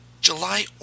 July